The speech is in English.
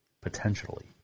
Potentially